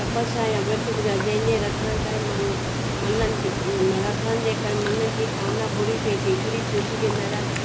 तपस्या या विर्तु ॿुधाए जंहिंजे रखण करे माण्हू मननि जी रखण जे करे मन जी कामिना पूरी थिए थी श्री सूतजी महाराज